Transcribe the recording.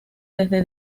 desde